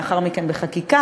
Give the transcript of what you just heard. לאחר מכן בחקיקה.